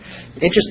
Interesting